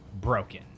broken